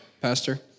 pastor